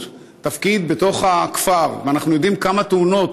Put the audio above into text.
תפקיד בתוך הכפר ואנחנו יודעים כמה תאונות,